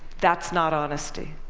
that's not honesty.